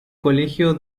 colegio